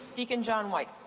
deacon john white.